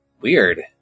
Weird